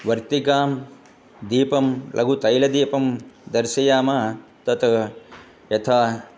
वर्तिकं दीपं लघुतैलदीपं दर्शयामः तत् यथा